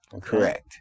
Correct